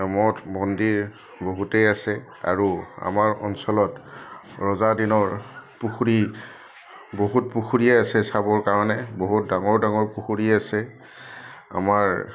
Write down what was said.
মঠ মন্দিৰ বহুতেই আছে আৰু আমাৰ অঞ্চলত ৰজাদিনৰ পুখুৰী বহুত পুখুৰীয়েেই আছে চাবৰ কাৰণে বহুত ডাঙৰ ডাঙৰ পুখুৰী আছে আমাৰ